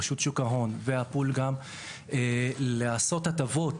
רשות שוק ההון והפול לעשות הטבות